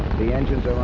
the engines are